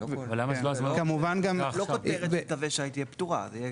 לא הכותרת "תווי שי" תהיה פטורה; זה יהיה